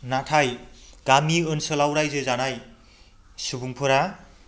नाथाय गामि ओनसोलाव रायजो जानाय सुबुंफोरा